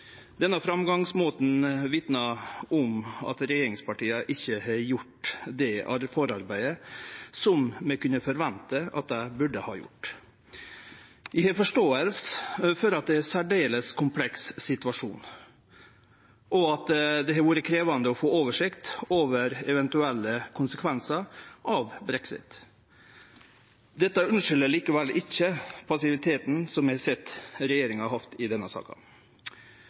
Denne framgangsmåten vitnar om at regjeringspartia ikkje har gjort det forarbeidet som vi kunne forvente at dei burde ha gjort. Eg forstår at det er ein særdeles kompleks situasjon, og at det har vore krevjande å få oversikt over eventuelle konsekvensar av brexit. Dette unnskyldar likevel ikkje passiviteten vi har sett frå regjeringa i denne saka.